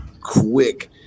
quick